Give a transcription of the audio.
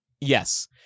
Yes